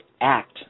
act